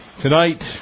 Tonight